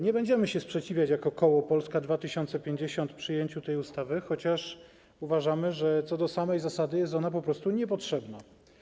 Nie będziemy się sprzeciwiać jako koło Polska 2050 przyjęciu tej ustawy, chociaż uważamy, że co do zasady jest ona po prostu niepotrzebna.